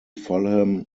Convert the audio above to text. fulham